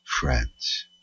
friends